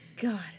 God